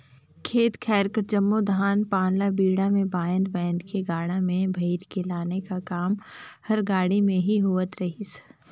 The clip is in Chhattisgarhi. खेत खाएर कर जम्मो धान पान ल बीड़ा मे बाएध बाएध के गाड़ा मे भइर के लाने का काम हर गाड़ा मे ही होवत रहिस